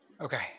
okay